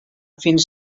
fins